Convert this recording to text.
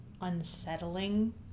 unsettling